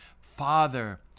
Father